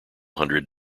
hundred